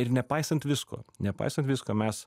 ir nepaisant visko nepaisant visko mes